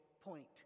point